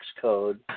code